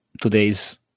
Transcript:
today's